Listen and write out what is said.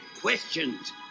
questions